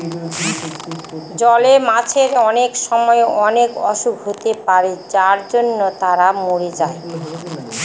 জলে মাছের অনেক সময় অনেক অসুখ হতে পারে যার জন্য তারা মরে যায়